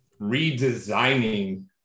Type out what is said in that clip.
redesigning